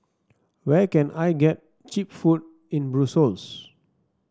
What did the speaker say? where can I get cheap food in Brussels